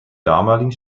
damaligen